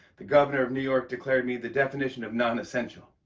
the governor of new york declared me the definition of nonessential.